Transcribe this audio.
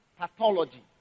pathology